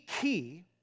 key